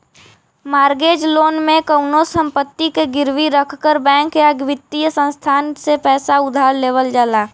mortgage loan में कउनो संपत्ति के गिरवी रखकर बैंक या वित्तीय संस्थान से पैसा उधार लेवल जाला